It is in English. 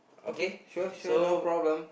okay sure sure no problem